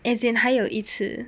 as in 还有一次